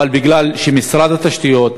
אבל בגלל שמשרד התשתיות,